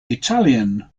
italian